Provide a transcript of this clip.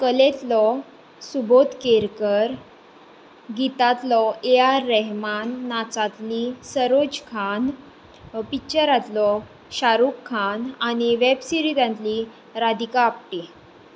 कलेंतलो सुबोद केरकर गितांतलो A R Rahman नाचांतली सरोज खान पिच्चरांतलो शारूख खान आनी वॅब सिरिजांतली राधिका आपटे